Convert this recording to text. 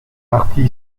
parti